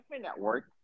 network